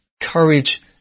courage